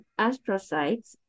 astrocytes